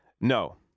No